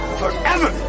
forever